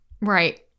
Right